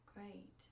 great